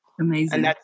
Amazing